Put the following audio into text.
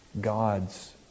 God's